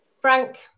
Frank